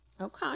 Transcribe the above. Okay